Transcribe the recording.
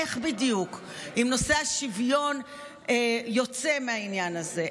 איך בדיוק אם נושא השוויון יוצא מהעניין הזה?